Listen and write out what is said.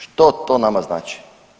Što to nama znači?